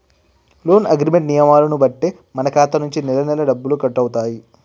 loan agreement నియమాలను బట్టే మన ఖాతా నుంచి నెలనెలా డబ్బులు కట్టవుతాయి